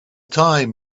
time